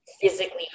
physically